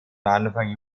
anfang